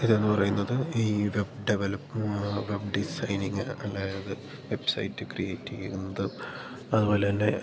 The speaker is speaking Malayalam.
ഇതെന്ന് പറയുന്നത് ഈ വെബ് ഡെവലപ്പും ആ വെബ് ഡിസൈനിംഗ് അല്ലായത് വെബ്സൈറ്റ് ക്രിയേറ്റ് ചെയ്യുന്നത് അതു പോലെ തന്നെ